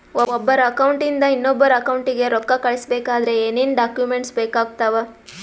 ಒಬ್ಬರ ಅಕೌಂಟ್ ಇಂದ ಇನ್ನೊಬ್ಬರ ಅಕೌಂಟಿಗೆ ರೊಕ್ಕ ಕಳಿಸಬೇಕಾದ್ರೆ ಏನೇನ್ ಡಾಕ್ಯೂಮೆಂಟ್ಸ್ ಬೇಕಾಗುತ್ತಾವ?